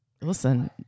Listen